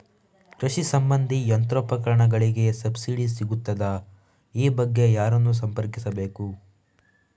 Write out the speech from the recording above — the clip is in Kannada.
ಕೃಷಿ ಸಂಬಂಧಿ ಯಂತ್ರೋಪಕರಣಗಳಿಗೆ ಸಬ್ಸಿಡಿ ಸಿಗುತ್ತದಾ? ಈ ಬಗ್ಗೆ ಯಾರನ್ನು ಸಂಪರ್ಕಿಸಬೇಕು?